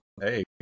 hey